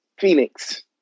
Phoenix